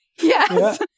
Yes